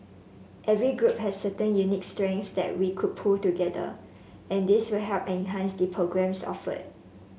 every group has certain unique strengths that we could pool together and this will help enhance the programmes offered